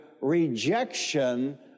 rejection